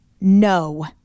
no